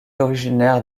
originaire